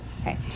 Okay